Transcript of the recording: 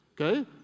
okay